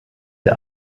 der